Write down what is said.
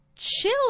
chill